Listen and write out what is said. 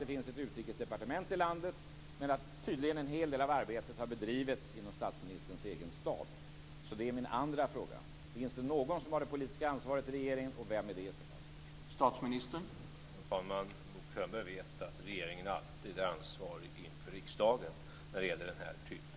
Det finns ett utrikesdepartement i landet, men tydligen har en hel del av arbetena bedrivits inom statsministerns egen stab. Det är min andra fråga: Finns det någon som har det politiska ansvaret i regeringen, och i så fall vem?